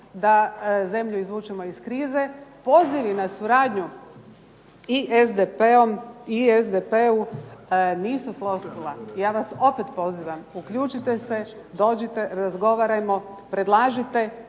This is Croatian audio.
da zemlju izvučemo iz krize. Pozivi na suradnju i SDP-u nisu floskula. Ja vas opet pozivam, uključite se, dođite, razgovarajmo, predlažite.